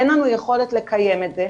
אין לנו יכולת לקיים את זה.